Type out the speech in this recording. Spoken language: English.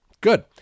Good